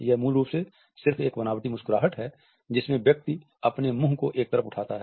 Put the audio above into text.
यह मूल रूप से सिर्फ एक बनावटी मुस्कुराहट है जिसमे व्यक्ति अपने मुंह को एक तरफ उठाता है